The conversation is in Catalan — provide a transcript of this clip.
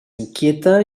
inquieta